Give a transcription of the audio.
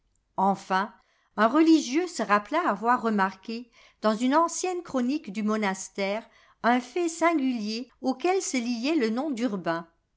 enfin un religieux se rappela avoir remarqué dans une ancienne chronique du monastère un fait singulier auquel se liait le nom d'urbain on